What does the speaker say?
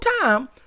time